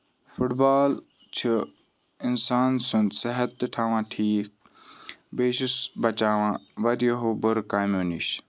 foot بال چھُ اِنسان سُند صحت تہِ تھاوان ٹھیٖک بیٚیہِ چھُس بَچاوان واریاہو بُرٕ کامیو نِش